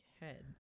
head